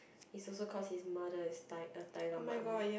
is also cause his mother is ti~ a tiger mum